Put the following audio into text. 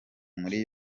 muri